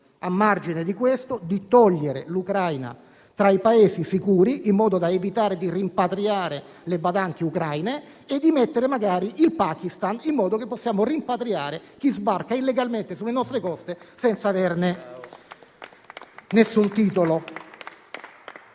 a margine di questo, di eliminare l'Ucraina dall'elenco dei Paesi sicuri, in modo da evitare di rimpatriare le badanti ucraine e di inserirvi magari il Pakistan, in modo che possiamo rimpatriare chi sbarca illegalmente sulle nostre coste senza averne alcun titolo.